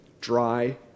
dry